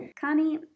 Connie